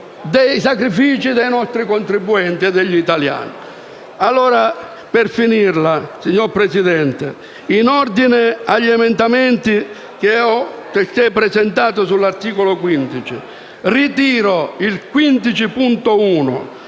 dei sacrifici dei nostri contribuenti, degli italiani.